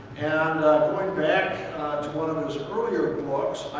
and going back to one of his earlier books,